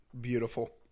beautiful